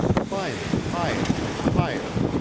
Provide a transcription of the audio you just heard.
climbing higher and higher,